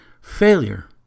failure